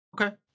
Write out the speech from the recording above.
Okay